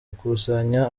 gukusanya